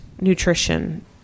nutrition